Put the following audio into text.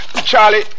Charlie